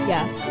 Yes